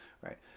right